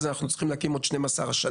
אנחנו עתידים להקים עוד 12 השנה.